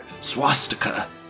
swastika